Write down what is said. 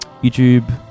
YouTube